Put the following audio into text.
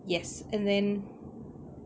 yes and then